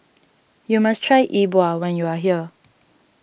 you must try E Bua when you are here